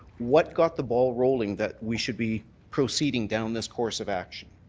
what got the ball rolling that we should be proceeding down this course of action?